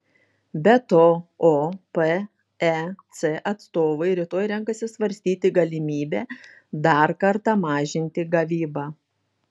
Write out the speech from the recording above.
be to opec atstovai rytoj renkasi svarstyti galimybę dar kartą mažinti gavybą